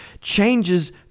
changes